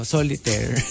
Solitaire